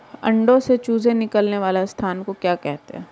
अंडों से चूजे निकलने वाले स्थान को क्या कहते हैं?